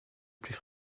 plus